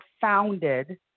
founded